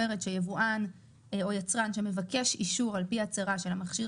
אומרת שיבואן או יצרן שמבקש אישור על פי הצהרה של המכשיר